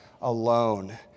alone